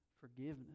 forgiveness